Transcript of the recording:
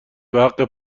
بحق